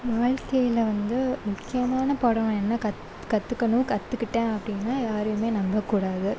வாழ்க்கையில் வந்து முக்கியமான பாடம் என்ன கத்து கற்றுக்கணும் கற்றுக்கிட்டேன் அப்படின்னா யாரையும் நம்பக்கூடாது